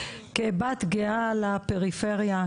כבת גאה לפריפריה,